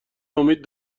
امید